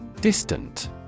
Distant